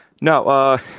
No